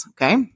Okay